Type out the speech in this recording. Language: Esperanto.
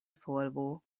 solvo